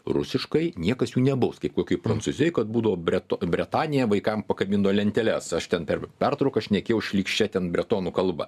rusiškai niekas jų nebaus kaip kokioj prancūzijoj kad būdo breto bretanija vaikam pakabino lenteles aš ten per pertrauką šnekėjau šlykščia ten bretonų kalba